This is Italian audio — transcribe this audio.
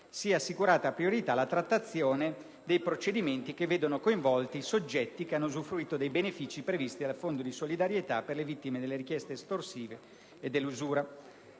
sia assicurata priorità alla trattazione dei procedimenti che vedono coinvolti soggetti che hanno usufruito dei benefici previsti dal Fondo di solidarietà per le vittime delle richieste estorsive e dell'usura.